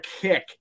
kick